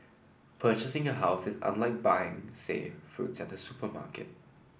purchasing a house is unlike buying say fruits at the supermarket